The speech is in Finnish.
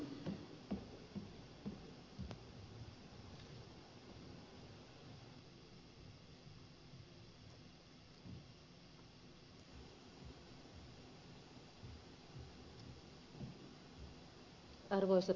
arvoisa puhemies